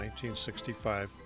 1965